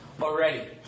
already